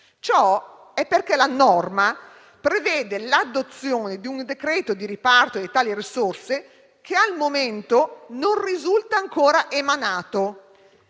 ciò perché la norma prevede l'adozione di un decreto di riparto di tali risorse che al momento non risulta ancora emanato.